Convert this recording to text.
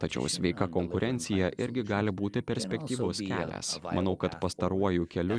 tačiau sveika konkurencija irgi gali būti perspektyvus kelias manau kad pastaruoju keliu